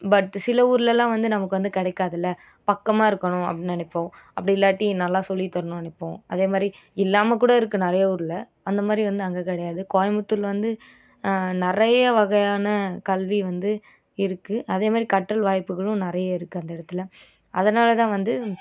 but சில ஊர்லெலாம் வந்து நமக்கு வந்து கிடைக்காதுல்ல பக்கமாக இருக்கணும் அப்படின்னு நினைப்போம் அப்படி இல்லாட்டி நல்லா சொல்லித் தரணும்னு நினைப்போம் அதே மாதிரி இல்லாமல் கூட இருக்குது நிறைய ஊரில் அந்த மாதிரி வந்து அங்கே கிடையாது கோயபுத்தூர்ல வந்து நிறைய வகையான கல்வி வந்து இருக்குது அதே மாதிரி கற்றல் வாய்ப்புகளும் நிறைய இருக்குது அந்த இடத்துல அதனால தான் வந்து